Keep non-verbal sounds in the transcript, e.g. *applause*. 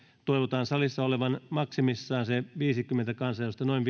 toivotaan salissa olevan maksimissaan se noin viisikymmentä kansanedustajaa se on *unintelligible*